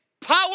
power